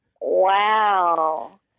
Wow